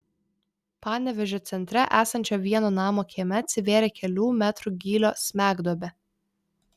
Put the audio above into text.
panevėžio centre esančio vieno namo kieme atsivėrė kelių metrų gylio smegduobė